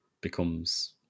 becomes